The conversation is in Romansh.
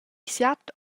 siat